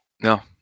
No